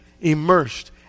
immersed